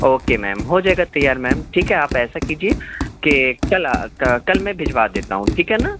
okay ma'am ہو جائے گا تیار میم ٹھیک ہے آپ ایسا کیجیے کہ کل کل میں بھجوا دیتا ہوں ٹھیک ہے نا